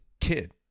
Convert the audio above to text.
Kid